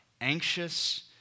anxious